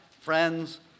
friends